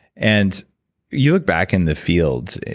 and you look back in the field,